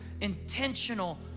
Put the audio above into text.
intentional